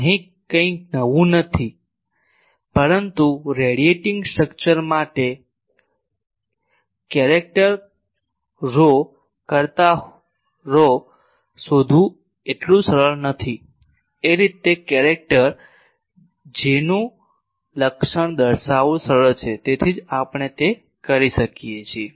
તેથી અહીં કંઇક નવું નથી પરંતુ રેડિયેટીંગ સ્ટ્રક્ચર માટે ચેરેક્ટર રહો કરતાં રહો શોધવું એટલું સરળ નથી કે રીતે ચેરેક્ટર j નું લક્ષણ દર્શાવવું સરળ છે તેથી જ આપણે તે કરીએ છીએ